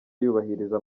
yubahiriza